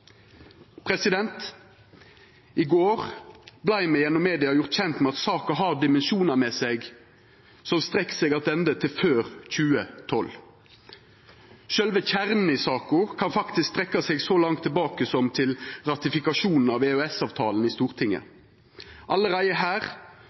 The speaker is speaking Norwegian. I går vart me gjennom media gjorde kjende med at saka har dimensjoner ved seg som strekkjer seg attende til før 2012. Sjølve kjernen i saka kan faktisk strekkja seg så langt tilbake som til ratifikasjonen av EØS-avtalen i Stortinget.